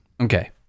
Okay